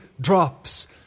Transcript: drops